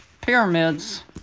pyramids